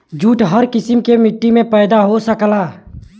jute हर किसिम के मट्टी में पैदा हो सकला